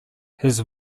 his